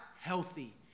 healthy